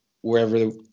wherever